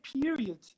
period